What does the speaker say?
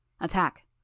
Attack